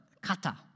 kata